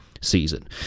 season